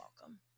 welcome